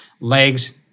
legs